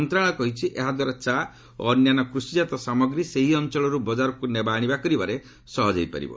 ମନ୍ତ୍ରଣାଳୟ କହିଛି ଏହାଦ୍ୱାରା ଚା' ଓ ଅନ୍ୟାନ୍ୟ କୃଷିଜାତ ସାମଗ୍ରୀ ସେହି ଅଞ୍ଚଳରୁ ବଜାରକୁ ନେବା ଆଶିବା କରିବାରେ ସହଜ ହୋଇପାରିବ